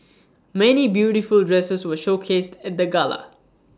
many beautiful dresses were showcased at the gala